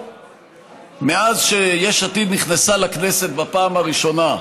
מאז שיש עתיד נכנסה לכנסת בפעם הראשונה,